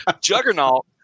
Juggernaut